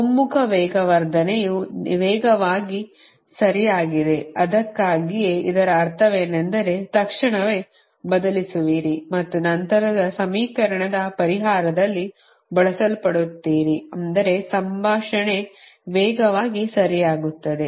ಒಮ್ಮುಖ ವೇಗವರ್ಧನೆಯು ವೇಗವಾಗಿ ಸರಿಯಾಗಿದೆ ಅದಕ್ಕಾಗಿಯೇ ಇದರ ಅರ್ಥವೇನೆಂದರೆ ತಕ್ಷಣವೇ ಬದಲಿಸುವಿರಿ ಮತ್ತು ನಂತರದ ಸಮೀಕರಣದ ಪರಿಹಾರದಲ್ಲಿ ಬಳಸಲ್ಪಡುತ್ತೀರಿ ಅಂದರೆ ಸಂಭಾಷಣೆ ವೇಗವಾಗಿ ಸರಿಯಾಗುತ್ತದೆ